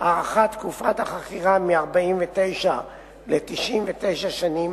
הארכת תקופת החכירה מ-49 ל-99 שנים